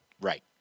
Right